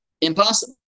impossible